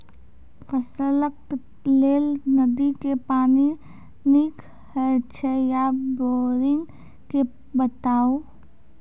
फसलक लेल नदी के पानि नीक हे छै या बोरिंग के बताऊ?